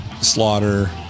Slaughter